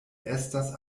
estas